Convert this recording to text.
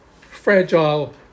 fragile